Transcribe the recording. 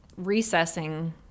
recessing